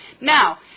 Now